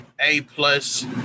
A-plus